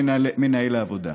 של מנהל העבודה.